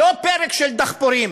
לא פרק של דחפורים